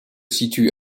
situe